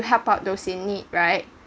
help out those in need right